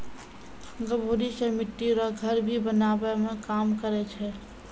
गभोरी से मिट्टी रो घर भी बनाबै मे काम करै छै